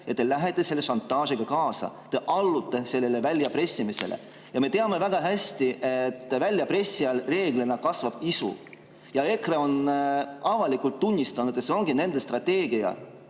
te lähete selle šantaažiga kaasa, te allute sellele väljapressimisele. Me teame väga hästi, et väljapressijal reeglina kasvab isu. EKRE on avalikult tunnistanud, et see ongi nende strateegia: